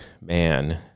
man